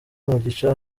umugisha